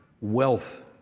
wealth